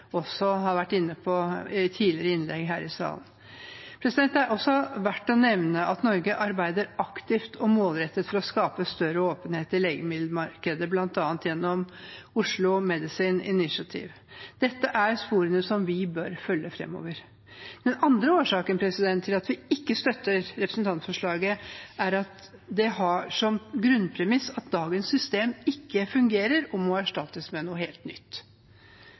også har vært inne på i tidligere innlegg her i salen. Det er også verdt å nevne at Norge arbeider aktivt og målrettet for å skape større åpenhet i legemiddelmarkedet, bl.a. gjennom Oslo Medicines Initiative. Dette er sporene vi bør følge framover. Den andre årsaken til at vi ikke støtter representantforslaget, er at det har som grunnpremiss at dagens system ikke fungerer og må erstattes med noe helt nytt.